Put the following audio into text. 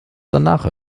danach